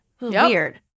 Weird